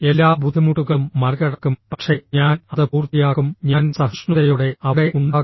എല്ലാ ബുദ്ധിമുട്ടുകളും മറികടക്കും പക്ഷേ ഞാൻ അത് പൂർത്തിയാക്കും ഞാൻ സഹിഷ്ണുതയോടെ അവിടെ ഉണ്ടാകും